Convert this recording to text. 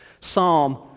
psalm